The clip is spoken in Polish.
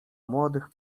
młodych